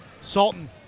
Salton